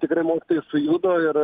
tikrai mokytojai sujudo ir